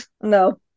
No